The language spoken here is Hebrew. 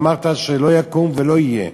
אמרת: לא יקום ולא יהיה